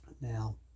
now